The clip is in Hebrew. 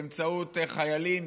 באמצעות חיילים,